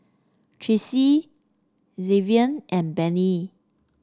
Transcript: Tracey Xzavier and Benny